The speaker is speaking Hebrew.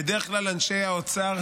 בדרך כלל אנשי האוצר